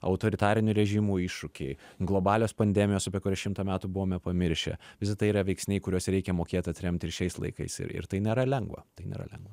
autoritarinių režimų iššūkiai globalios pandemijos apie kurias šimtą metų buvome pamiršę visa tai yra veiksniai kuriuos reikia mokėt atremti ir šiais laikais ir ir tai nėra lengva tai nėra lengva